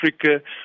Africa